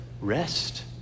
rest